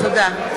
תודה.